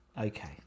okay